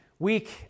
Week